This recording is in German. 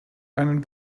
einen